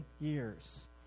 years